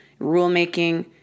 rulemaking